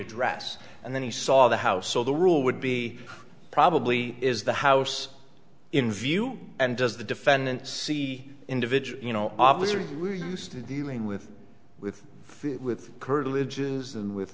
address and then he saw the house so the rule would be probably is the house in view and does the defendant see individual you know obviously we're used to dealing with with fit with